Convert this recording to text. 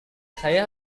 saya